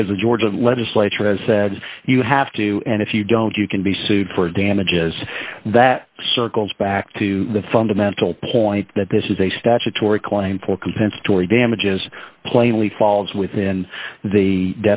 because the georgia legislature has said you have to do and if you don't you can be sued for damages that circles back to the fundamental point that this is a statutory claim for compensatory damages plainly falls within the